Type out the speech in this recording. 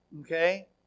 okay